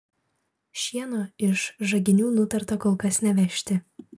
šieno iš žaginių nutarta kol kas nevežti